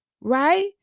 right